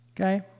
okay